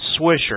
Swisher